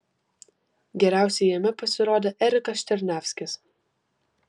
geriausiai jame pasirodė erikas černiavskis